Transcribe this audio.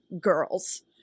girls